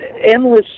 endless